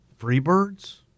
Freebirds